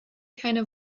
keine